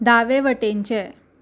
दावे वटेनचे